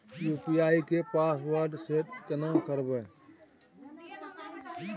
UPI के password set केना करबे?